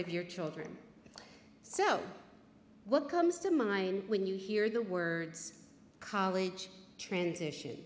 of your children so what comes to mind when you hear the words college transition